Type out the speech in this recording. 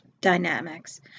dynamics